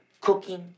cooking